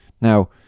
Now